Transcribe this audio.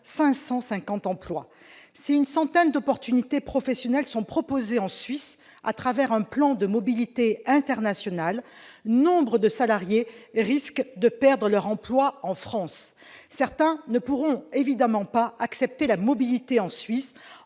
menacés. Si une centaine d'opportunités professionnelles sont proposées en Suisse à travers un plan de mobilité internationale, nombre de salariés risquent de perdre leur emploi en France. Certains ne pourront évidemment pas accepter la mobilité en Suisse,